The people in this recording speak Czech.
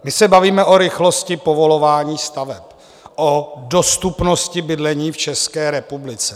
My se bavíme o rychlosti povolování staveb, o dostupnosti bydlení v České republice.